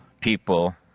people